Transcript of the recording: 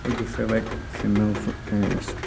ꯑꯩꯒꯤ favourite female